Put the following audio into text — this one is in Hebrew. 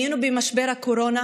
היינו במשבר הקורונה,